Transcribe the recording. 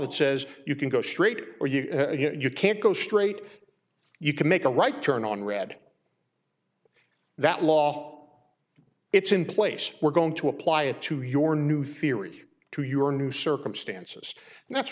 that says you can go straight or you you can't go straight you can make a right turn on red that law it's in place we're going to apply it to your new theory to your new circumstances and that's